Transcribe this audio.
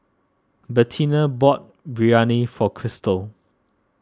Bettina bought Biryani for Chrystal